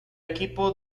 equipo